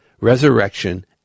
resurrection